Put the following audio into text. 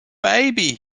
baby